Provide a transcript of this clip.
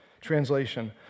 Translation